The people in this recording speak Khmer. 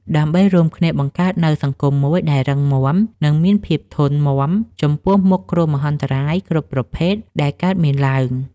ដើម្បីរួមគ្នាបង្កើតនូវសង្គមមួយដែលរឹងមាំ និងមានភាពធន់មាំចំពោះមុខគ្រោះមហន្តរាយគ្រប់ប្រភេទដែលកើតមានឡើង។